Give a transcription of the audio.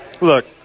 Look